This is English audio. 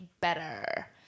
better